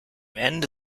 ende